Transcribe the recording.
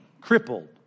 crippled